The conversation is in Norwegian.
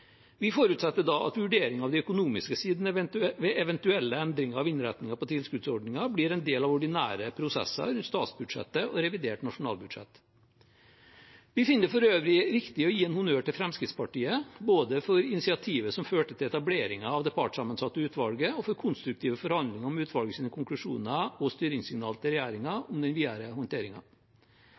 Vi forutsetter da at en vurdering av de økonomiske sidene ved eventuelle endringer av innretningen på tilskuddsordningen blir en del av ordinære prosesser i forbindelse med statsbudsjettet og revidert nasjonalbudsjett. Vi finner det for øvrig riktig å gi honnør til Fremskrittspartiet, både for initiativet som førte til etableringen av det partssammensatte utvalget, og for konstruktive forhandlinger om utvalgets konklusjoner og styringssignal til regjeringen om den videre